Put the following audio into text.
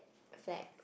flag